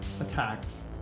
attacks